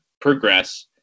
progress